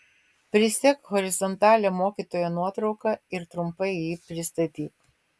prisek horizontalią mokytojo nuotrauką ir trumpai jį pristatyk